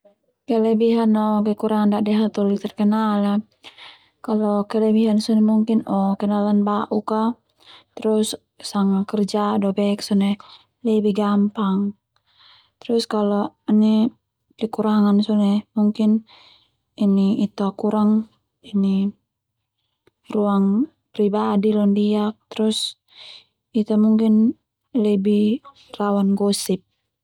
Kelebihan no kekurangan da'di hatoli terkenal a kalo kelebihan sone mungkin o kenelan bauk a terus sanga kerja do bek sone lebih gampang. Terus Kalo kekurangan sone mungkin Ita kurang ruang pribadi londiak terus Ita mungkin lebih rawan gosip.